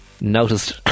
noticed